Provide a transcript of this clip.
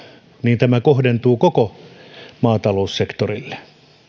niin tämä kohdentuu koko maataloussektorille